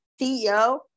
CEO